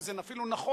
אם זה אפילו נכון,